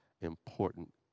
important